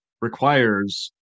requires